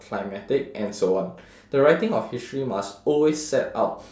climatic and so on the writing of history must always set out